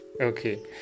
Okay